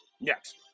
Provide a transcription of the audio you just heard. Next